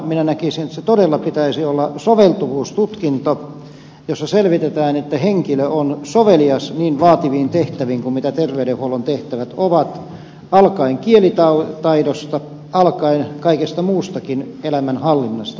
minä näkisin että sen todella pitäisi olla soveltuvuustutkinto jossa selvitetään että henkilö on sovelias niin vaativiin tehtäviin kuin terveydenhuollon tehtävät ovat alkaen kielitaidosta alkaen kaikesta muustakin elämänhallinnasta